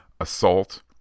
assault